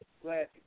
Glad